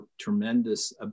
tremendous